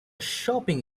shopping